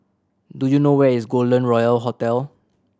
do you know where is Golden Royal Hotel